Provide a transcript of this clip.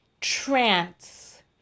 trance